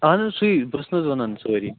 اَہَن حظ سُے بہٕ چھُس نہٕ حظ وَنان سٲری